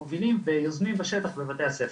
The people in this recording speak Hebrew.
מובילים ויוזמים בשטח בבתי הספר.